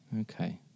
Okay